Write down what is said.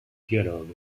dialogues